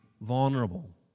vulnerable